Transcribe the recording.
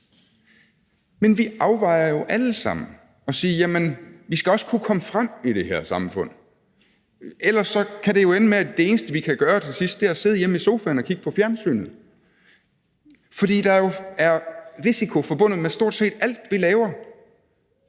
Men vi afvejer jo alle sammen og siger: Jamen vi skal også kunne komme frem i det her samfund. Ellers kan det jo ende med, at det eneste, vi til sidst kan gøre, er at sidde hjemme i sofaen og kigge på fjernsynet. For der er jo risiko forbundet med stort set alt, vi laver.